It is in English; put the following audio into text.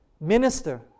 Minister